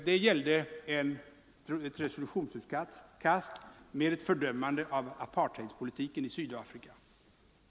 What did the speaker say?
Det gällde ett resolutionsutkast med fördömande av apartheidpolitiken i Sydafrika.